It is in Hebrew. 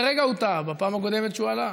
לפני רגע הוא טעה, בפעם הקודמת שהוא עלה.